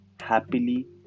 happily